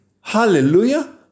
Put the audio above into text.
Hallelujah